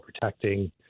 protecting